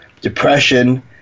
depression